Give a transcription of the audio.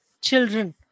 children